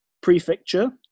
prefecture